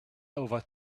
over